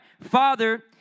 Father